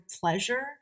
pleasure